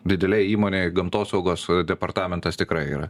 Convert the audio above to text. didelėj įmonėj gamtosaugos departamentas tikrai yra